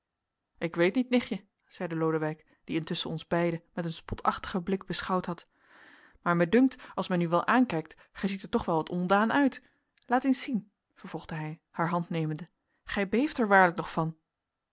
ik weet niet nichtje zeide lodewijk die intusschen ons beiden met een spotachtigen blik beschouwd had maar mij dunkt als men u wel aankijkt gij ziet er toch wel wat ontdaan uit laat eens zien vervolgde hij haar hand nemende gij beeft er waarlijk nog van